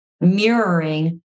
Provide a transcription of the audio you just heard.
mirroring